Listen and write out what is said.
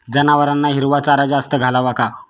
जनावरांना हिरवा चारा जास्त घालावा का?